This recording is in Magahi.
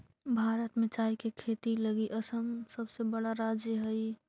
भारत में चाय के खेती लगी असम सबसे बड़ा राज्य हइ